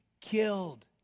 killed